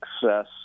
success